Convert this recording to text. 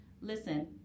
Listen